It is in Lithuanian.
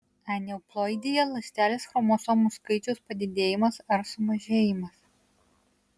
aneuploidija ląstelės chromosomų skaičiaus padidėjimas ar sumažėjimas